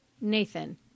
Nathan